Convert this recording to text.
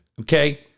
Okay